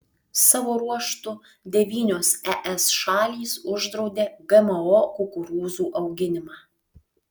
savo ruožtu devynios es šalys uždraudė gmo kukurūzų auginimą